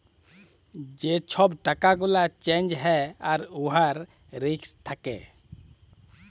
যে ছব টাকা গুলা চ্যাঞ্জ হ্যয় আর উয়ার রিস্ক থ্যাকে